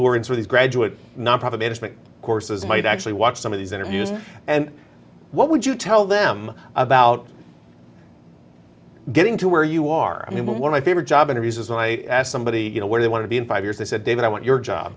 who are into these graduate nonprofit management courses might actually watch some of these interviews and what would you tell them about getting to where you are i mean when my favorite job interviews is when i asked somebody you know where they want to be in five years they said david i want your job